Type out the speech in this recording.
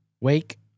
Wake